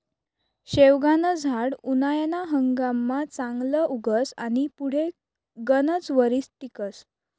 शेवगानं झाड उनायाना हंगाममा चांगलं उगस आनी पुढे गनच वरीस टिकस